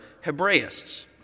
Hebraists